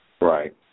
Right